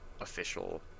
official